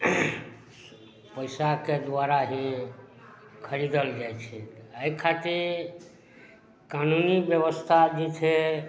पैसाके दुआरा ही खरीदल जाइत छै एहि खातिर कानूनी ब्यवस्था भी छै